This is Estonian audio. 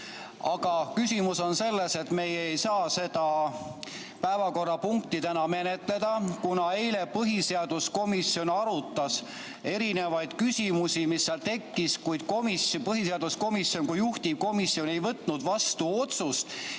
Küsimus on selles, et meie ei saa seda päevakorrapunkti täna menetleda, kuna eile põhiseaduskomisjon arutas erinevaid küsimusi, mis seal tekkisid, kuid põhiseaduskomisjon kui juhtivkomisjon ei võtnud vastu otsust,